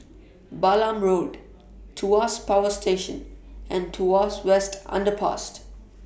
Balam Road Tuas Power Station and Tuas West Underpass